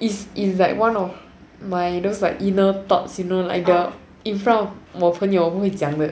is is like one of my those like inner thoughts you know like the in front of your 朋友不会讲的